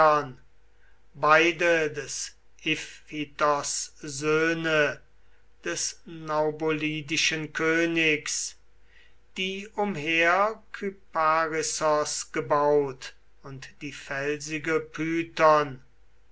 beide des iphitos söhne des naubolidischen königs die umher kyparissos gebaut und die felsige